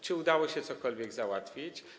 Czy udało się cokolwiek załatwić?